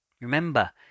remember